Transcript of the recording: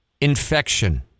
infection